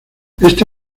este